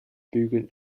bügeln